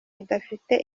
bidafite